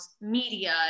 media